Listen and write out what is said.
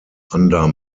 under